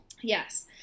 Yes